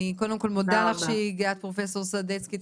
אני קודם כל מודה לך שהגעת פרופסור סדצקי,